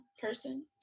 person